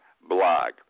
blog